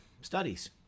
studies